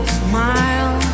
smile